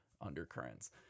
undercurrents